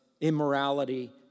immorality